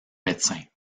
médecin